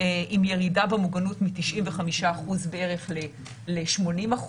עם ירידה במוגנות מ-95% בערך ל-80%,